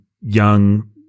young